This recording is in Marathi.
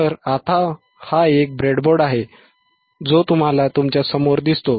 तर आता हा एक ब्रेडबोर्ड आहे जो तुम्हाला तुमच्या समोर दिसतो